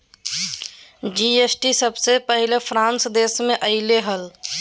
GST सबसे पहले France देश मे अइले हल